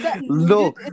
No